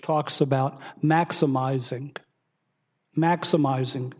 talks about maximizing maximizing